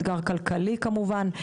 אתגר כלכלי כמובן,